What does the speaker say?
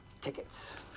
tickets